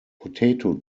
potato